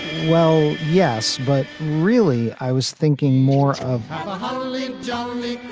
well, yes, but really i was thinking more of it